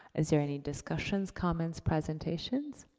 is there any discussions, comments, presentations?